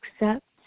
accept